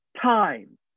time